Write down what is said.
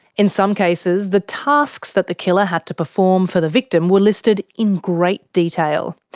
in some cases, the tasks that the killer had to perform for the victim were listed in great detail.